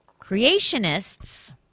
Creationists